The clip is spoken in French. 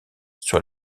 sur